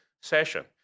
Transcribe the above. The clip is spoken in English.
session